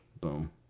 Boom